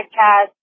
podcast